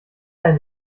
ein